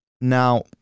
Now